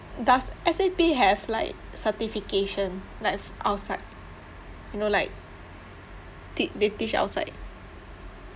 does S_A_P have like certification like f~ outside you know like tea~ they teach outside